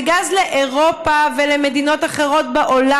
זה גז לאירופה ולמדינות אחרות בעולם.